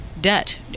debt